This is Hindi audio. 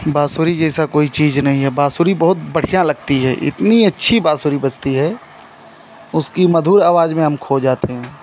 बाँसुरी जैसी कोई चीज़ नहीं है बाँसुरी बहुत बढ़िया लगती है इतनी अच्छी बाँसुरी बजती है उसकी मधुर आवाज़ में हम खो जाते हैं